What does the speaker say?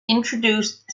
introduced